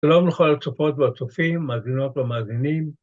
שלום לכל הצופות והצופים, מאזינות ומאזינים.